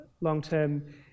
long-term